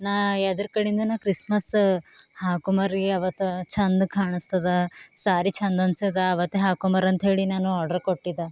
ನಾ ಎದ್ರ ಕಡಿಂದ ನಾ ಕ್ರಿಸ್ಮಸ್ ಹಾಕೊಂಬರ್ರಿ ಆವತ್ತು ಚಂದ ಕಾಣಸ್ತದ ಸಾರಿ ಚಂದ ಅನ್ಸದ ಆವತ್ತೇ ಹಾಕೊಂಬರಂತ್ಹೇಳಿ ನಾನು ಆರ್ಡ್ರ್ ಕೊಟ್ಟಿದ್ದೆ